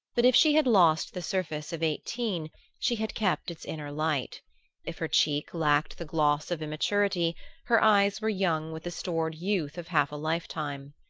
but if she had lost the surface of eighteen she had kept its inner light if her cheek lacked the gloss of immaturity her eyes were young with the stored youth of half a life-time.